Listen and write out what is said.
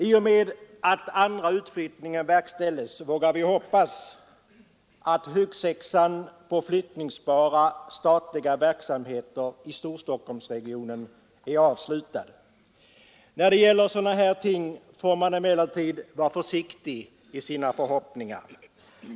I och med att den andra utflyttningsetappen verkställs vågar vi hoppas att huggsexan på utflyttningsbara statliga verksamheter i Storstockholmsområdet är avslutad. När det gäller sådana här ting får man emellertid vara försiktig i sina förhoppningar.